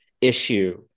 issue